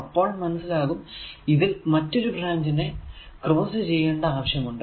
അപ്പോൾ മനസ്സിലാകും ഇതിൽ മറ്റൊരു ബ്രാഞ്ചിനെ ക്രോസ്സ് ചെയ്യേണ്ട ആവശ്യമുണ്ട്